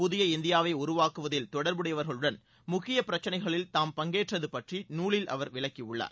புதிய இந்தியாவை உருவாக்குவதில் தொடர்புடையவர்களுடன் முக்கிய பிரச்சனைகளில் தாம் பங்கேற்றதுப்பற்றி நூலில் அவர் விளக்கியுள்ளார்